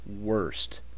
worst